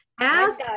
ask